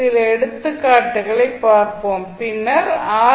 சில எடுத்துக்காட்டுகளைப் பார்ப்போம் பின்னர் ஆர்